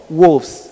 wolves